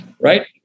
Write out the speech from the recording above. Right